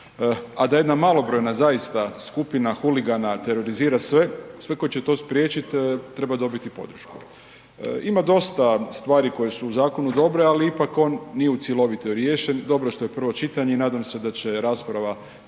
a da jedna malobrojna zaista skupina huligana terorizira sve, svi koji će to spriječiti treba dobiti podršku. Ima dosta stvari koje su u zakonu dobre, ali ipak on nije u cjelovito riješen. Dobro što je prvo čitanje i nadam se da će rasprava